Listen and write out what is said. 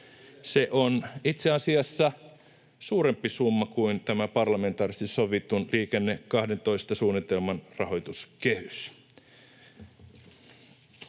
Se on itse asiassa suurempi summa kuin tämä parlamentaarisesti sovitun Liikenne 12 -suunnitelman rahoituskehys.